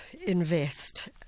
Invest